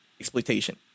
exploitation